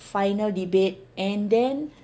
final debate and then